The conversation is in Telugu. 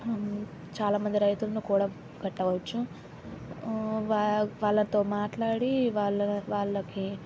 చాలామంది రైతులని కూడా పెట్టవచ్చు వా వాళ్ళతో మాట్లాడి వాళ్ళ వాళ్ళ